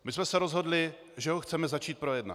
My jsme se rozhodli, že ho chceme začít projednávat.